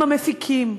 עם המפיקים,